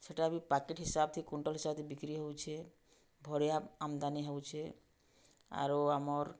ସେଇଟା ବି ପ୍ୟାକେଟ୍ ହିସାବ କୁଇଣ୍ଟାଲ୍ ହିସାବ ବିକ୍ରି ହେଉଛେ ଭରିଆ ଆମଦାନୀ ହେଉଛେ ଆରୁ ଆମର୍